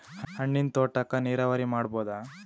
ಹಣ್ಣಿನ್ ತೋಟಕ್ಕ ನೀರಾವರಿ ಮಾಡಬೋದ?